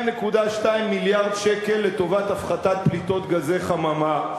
2.2 מיליארד שקל לטובת הפחתת פליטת גזי חממה.